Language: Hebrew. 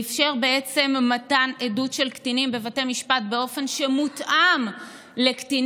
ואפשר בעצם מתן עדות של קטינים בבתי משפט באופן שמותאם לקטינים,